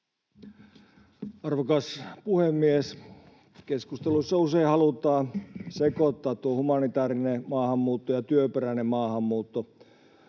Arvokas puhemies! Keskusteluissa usein halutaan sekoittaa tuo humanitäärinen maahanmuutto ja työperäinen maahanmuutto.